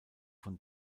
von